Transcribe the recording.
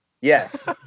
yes